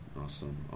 awesome